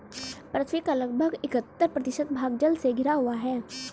पृथ्वी का लगभग इकहत्तर प्रतिशत भाग जल से घिरा हुआ है